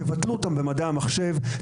תבטלו אותן במדעי המחשב,